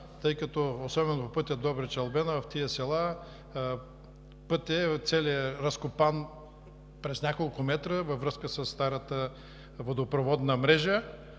тъй като особено по пътя Добрич – Албена, в тези села целият път е разкопан през няколко метра във връзка със старата водопроводна мрежа;